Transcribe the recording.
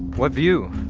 what view?